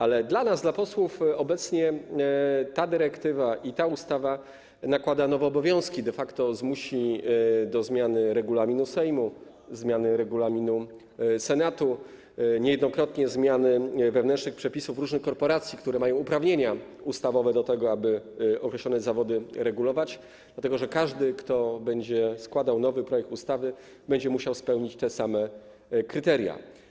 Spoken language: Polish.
Ale na nas, posłów, obecnie ta dyrektywa i ta ustawa nakładają nowe obowiązki, de facto zmuszą do zmiany regulaminu Sejmu, zmiany regulaminu Senatu, niejednokrotnie zmiany wewnętrznych przepisów różnych korporacji, które mają uprawnienia ustawowe do tego, aby określone zawody regulować, dlatego że każdy, kto będzie składał nowy projekt ustawy, będzie musiał spełnić te same kryteria.